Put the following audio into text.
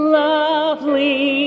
lovely